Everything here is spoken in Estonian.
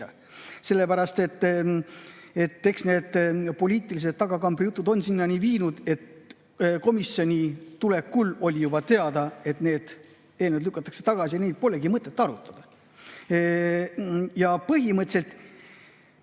Sellepärast, et eks need poliitilised tagakambrijutud ole sinnani viinud, et juba komisjoni tulekul oli teada, et need eelnõud lükatakse tagasi, neid polegi mõtet arutada. Põhimõtteliselt